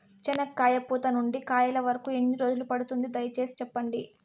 చెనక్కాయ పూత నుండి కాయల వరకు ఎన్ని రోజులు పడుతుంది? దయ సేసి చెప్పండి?